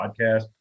podcast